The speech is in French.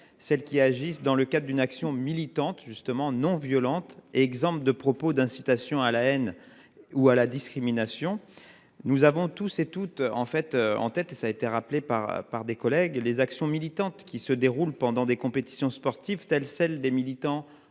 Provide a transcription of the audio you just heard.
celles qui agissent dans le cas d'une action militante justement non violente. Exemple de propos d'incitation à la haine ou à la discrimination. Nous avons tous et toutes. En fait en tête et ça a été rappelé par par des collègues et les actions militantes qui se déroule pendant des compétitions sportives telles celles des militants